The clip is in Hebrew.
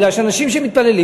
בגלל שאנשים שמתפללים,